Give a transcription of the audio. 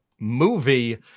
movie